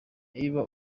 niba